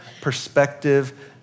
perspective